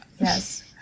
Yes